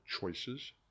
choices